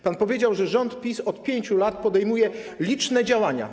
Pan powiedział, że rząd PiS od 5 lat podejmuje liczne działania.